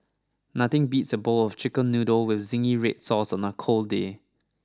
nothing beats a bowl of chicken noodle with zingy red sauce on a cold day